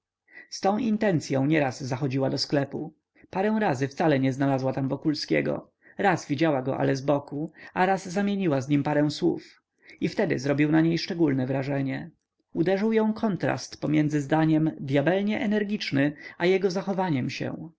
z tą intencyą nieraz zachodziła do sklepu parę razy wcale nie znalazła tam wokulskiego raz widziała go ale zboku a raz zamieniła z nim parę słów i wtedy zrobił na niej szczególne wrażenie uderzył ją kontrast pomiędzy zdaniem dyabelnie energiczny a jego zachowaniem się